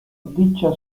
dicha